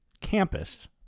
campus